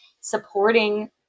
supporting